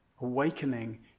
Awakening